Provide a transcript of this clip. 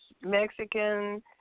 Mexican